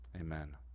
Amen